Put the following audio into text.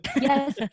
Yes